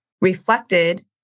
reflected